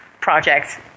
project